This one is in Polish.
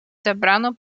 zabrano